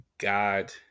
God